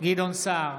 גדעון סער,